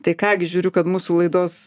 tai ką gi žiūriu kad mūsų laidos